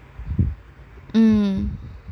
mm